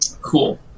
Cool